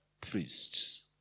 priests